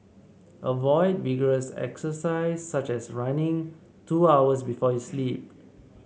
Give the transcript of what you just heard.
avoid vigorous exercise such as running two hours before you sleep